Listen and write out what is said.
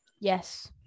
Yes